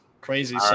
Crazy